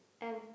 And